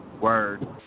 Word